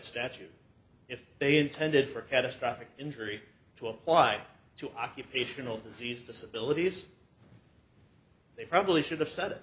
statute if they intended for catastrophic injury to apply to occupational disease disability they probably should have said